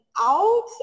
out